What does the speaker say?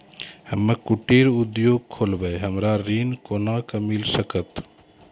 हम्मे कुटीर उद्योग खोलबै हमरा ऋण कोना के मिल सकत?